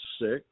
six